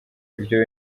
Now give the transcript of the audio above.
ibyo